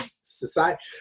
society